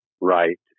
right